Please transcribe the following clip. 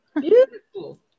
Beautiful